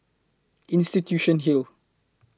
Institution Hill